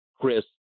Chris